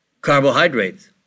carbohydrates